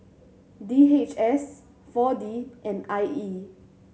D H S Four D and I E